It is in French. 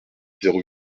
zéro